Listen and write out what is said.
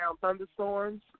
thunderstorms